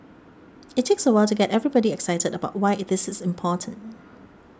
it takes a while to get everybody excited about why it is important